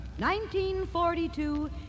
1942